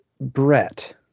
Brett